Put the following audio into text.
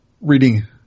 reading